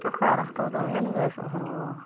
टका रहतऽ तबहे ने गैस भरेबऽ